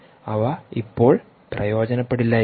അവ ഇപ്പോൾ പ്രയോജനപ്പെടില്ലായിരിക്കാം